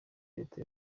leta